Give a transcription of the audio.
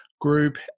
group